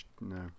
no